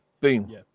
Boom